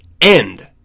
end